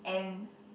and